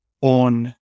on